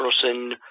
person